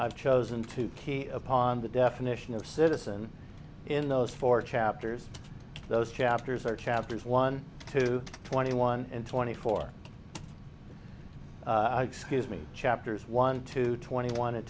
i've chosen to key upon the definition of citizen in those four chapters those chapters are chapters one to twenty one and twenty four excuse me chapters one two twenty one and